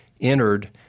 entered